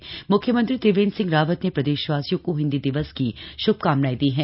म्ख्यमंत्री त्रिवेन्द्र सिंह रावत ने प्रदेशवासियों को हिन्दी दिवस की श्भकामनाएं दी है